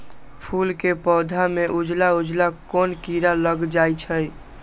फूल के पौधा में उजला उजला कोन किरा लग जई छइ?